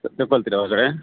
ತೆಗೋಳ್ತಿರ ಹೊರ್ಗಡೆ